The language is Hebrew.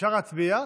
אפשר להצביע,